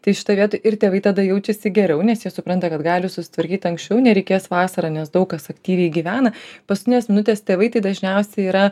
tai šita vieta ir tėvai tada jaučiasi geriau nes jie supranta kad gali susitvarkyti anksčiau nereikės vasarą nes daug kas aktyviai gyvena paskutinės minutės tėvai tai dažniausiai yra